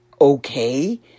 okay